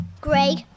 Greg